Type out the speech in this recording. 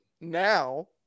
Now